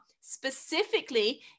Specifically